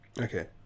Okay